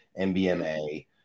MBMA